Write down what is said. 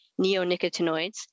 neonicotinoids